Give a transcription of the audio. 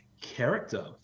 character